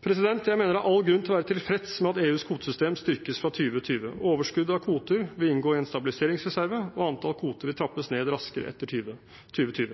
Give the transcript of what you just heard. Jeg mener det er all grunn til å være tilfreds med at EUs kvotesystem styrkes fra 2020. Overskuddet av kvoter vil inngå i en stabiliseringsreserve, og antall kvoter vil trappes ned raskere etter 2020.